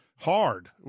hard